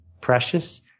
precious